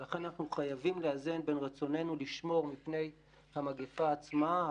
ולכן אנחנו חייבים לאזן בין רצוננו לשמור מפני המגפה עצמה,